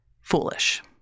foolish